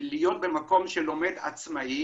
להיות במקום של לומד עצמאי,